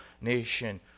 nation